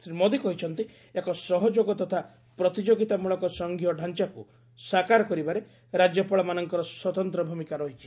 ଶ୍ରୀ ମୋଦି କହିଛନ୍ତି ଏକ ସହଯୋଗ ତଥା ପ୍ରତିଯୋଗିତାମଳକ ସଂଘୀୟ ଡାଞ୍ଚାକୁ ସାକାର କରିବାରେ ରାଜ୍ୟପାଳମାନଙ୍କର ସ୍କତନ୍ତ୍ର ଭୂମିକା ରହିଛି